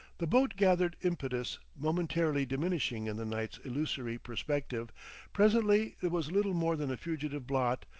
the boat gathered impetus, momentarily diminishing in the night's illusory perspective presently it was little more than a fugitive blot,